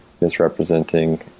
misrepresenting